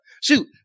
Shoot